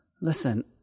listen